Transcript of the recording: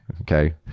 Okay